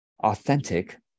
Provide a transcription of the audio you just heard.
authentic